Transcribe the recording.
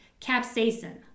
capsaicin